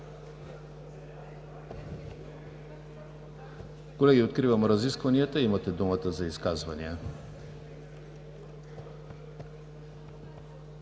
Колеги, откривам разискванията – имате думата за изказвания.